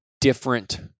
different